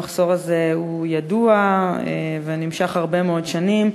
המחסור הזה ידוע ונמשך הרבה מאוד שנים,